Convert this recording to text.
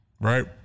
right